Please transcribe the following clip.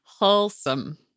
Wholesome